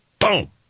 boom